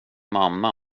mamma